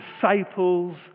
disciples